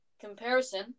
comparison